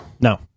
No